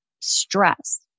stress